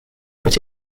but